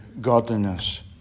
godliness